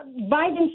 Biden